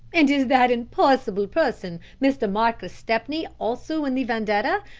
and is that impossible person, mr. marcus stepney, also in the vendetta?